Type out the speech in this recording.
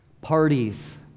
parties